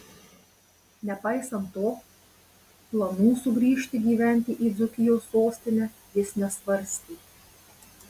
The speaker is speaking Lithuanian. nepaisant to planų sugrįžti gyventi į dzūkijos sostinę jis nesvarstė